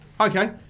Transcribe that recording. Okay